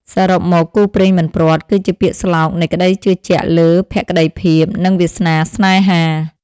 សរុបមក «គូព្រេងមិនព្រាត់» គឺជាពាក្យស្លោកនៃក្ដីជឿជាក់លើភក្តីភាព និងវាសនាស្នេហា។